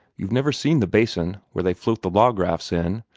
you've never seen the basin, where they float the log-rafts in,